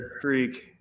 Freak